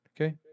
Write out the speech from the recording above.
Okay